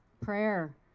prayer